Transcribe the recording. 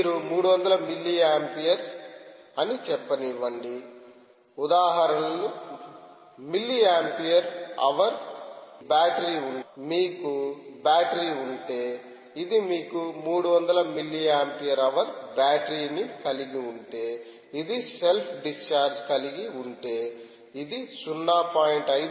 మీరు 300 milli ampere అని చెప్పనివ్వండి చూడండి సమయం 2022 ఉదాహరణలు మిల్లీ ఆంపియర్హవర్ బ్యాటరీ మీకు బ్యాటరీ ఉంటే ఇది మీకు 300 మిల్లిఆంపియర్ హవర్ బ్యాటరీ ని కలిగి ఉంటే ఇది సెల్ఫ్ డిశ్చార్జ్ కలిగి ఉంటే ఇది 0